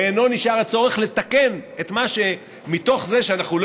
בעינו נשאר הצורך לתקן את מה שמתוך זה שאנחנו לא